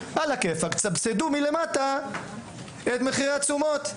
תסבסדו מלמטה את מחירי התשומות,